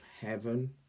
heaven